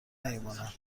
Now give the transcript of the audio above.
نمیماند